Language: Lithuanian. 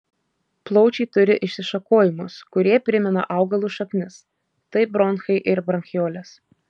plaučiai turi išsišakojimus kurie primena augalų šaknis tai bronchai ir bronchiolės